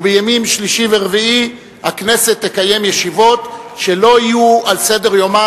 ובימים שלישי ורביעי הכנסת תקיים ישיבות ולא יהיו על סדר-יומה